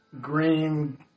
green